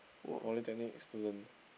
Polytechnic student